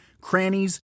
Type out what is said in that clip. crannies